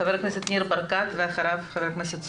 חבר הכנסת ניר ברקת ואחריו חבר הכנסת סופר.